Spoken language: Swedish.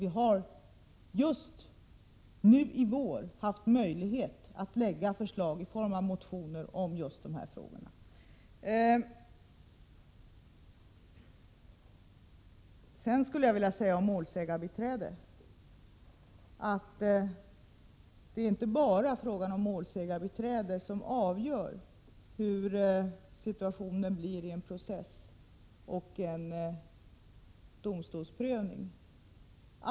De har nu under våren haft möjlighet att framlägga förslag i form av motioner angående just dessa frågor. Det är inte bara frågan om målsägandebiträde som avgör hur situationen blir vid en domstolsprövning i en process.